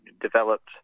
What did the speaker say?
developed